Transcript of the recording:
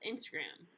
Instagram